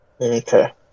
Okay